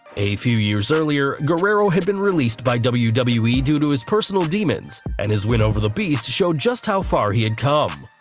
a few years earlier, guerrero had been released by wwe wwe due to his personal demons, and his win over the beast showed just how far he had come.